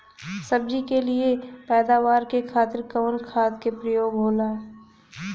सब्जी के लिए पैदावार के खातिर कवन खाद के प्रयोग होला?